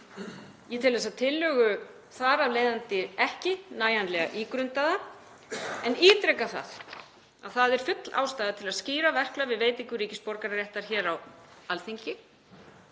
Ég tel þessa tillögu þar af leiðandi ekki nægjanlega ígrundaða, en ítreka að það er full ástæða til að skýra verklag við veitingu ríkisborgararéttar hér á Alþingi